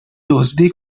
دزدی